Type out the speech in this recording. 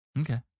Okay